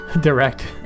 direct